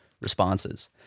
responses